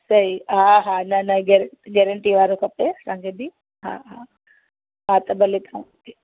सही हा हा हा न न गैरं गैरंटीअ वारो खपे असांखे बि हा हा हा त भले खं